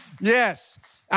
Yes